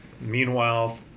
Meanwhile